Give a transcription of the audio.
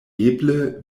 eble